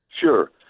Sure